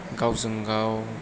गावजों गाव